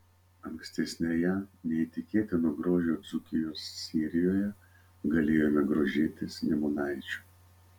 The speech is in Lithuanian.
ankstesnėje neįtikėtino grožio dzūkijos serijoje galėjome grožėtis nemunaičiu